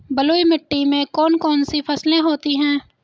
बलुई मिट्टी में कौन कौन सी फसलें होती हैं?